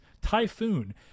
typhoon